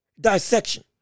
dissection